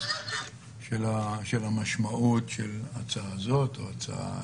של המשמעות של ההצעה הזאת או הצעה דומה?